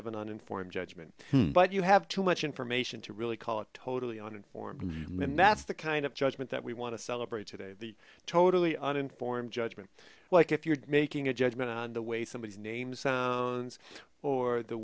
of an uninformed judgment but you have too much information to really call it totally uninformed that's the kind of judgment that we want to celebrate today the totally uninformed judgment like if you're making a judgment on the way somebody's names or the